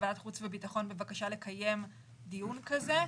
לוועדת החוץ והביטחון בבקשה לקיים דיון כזה,